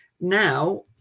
now